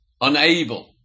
unable